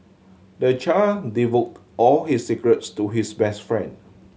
the child divulged all his secrets to his best friend